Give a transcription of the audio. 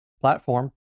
platform